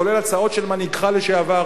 כולל הצעות של מנהיגך לשעבר,